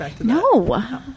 No